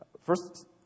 First